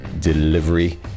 delivery